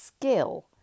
skill